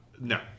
no